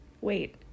Wait